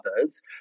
others